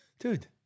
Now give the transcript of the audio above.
dude